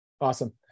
Awesome